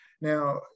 Now